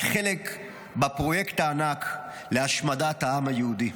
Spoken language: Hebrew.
חלק בפרויקט הענק להשמדת העם היהודי.